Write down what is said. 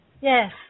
Yes